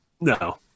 No